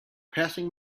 passing